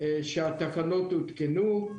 שהתקנות הותקנו,